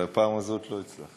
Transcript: אבל הפעם הזאת לא הצלחתי.